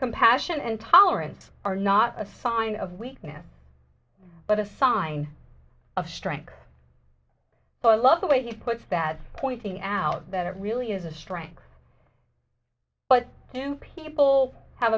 compassion and tolerance are not a sign of weakness but a sign of strength so i love the way he puts bad pointing out that it really is a strength but when people have